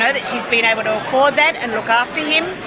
ah that she's been able to afford that and look after him,